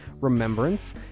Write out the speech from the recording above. remembrance